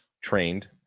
trained